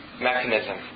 mechanism